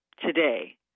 today